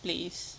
place